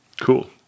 Cool